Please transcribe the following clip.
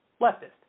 leftist